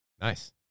Nice